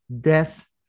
death